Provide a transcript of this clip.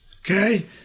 okay